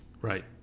Right